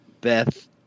Beth